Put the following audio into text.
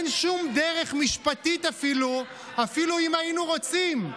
אין שום דרך משפטית, אפילו אם היינו רוצים.